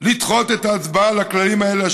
לדחות את ההצבעה על הכללים האלה,